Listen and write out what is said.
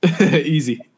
easy